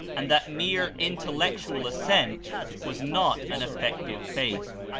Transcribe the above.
and that mere intellectual assent was not an effective faith